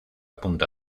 punta